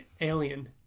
Alien